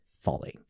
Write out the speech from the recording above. falling